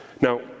Now